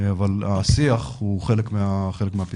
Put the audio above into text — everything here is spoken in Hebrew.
אבל השיח הוא חלק מהפתרון.